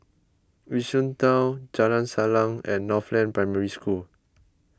Yishun Town Jalan Salang and Northland Secondary School